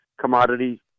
commodity